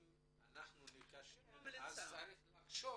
אם ניכשל אז צריך לחשוב על אלטרנטיבה.